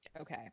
okay